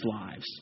lives